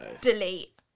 delete